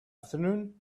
afternoon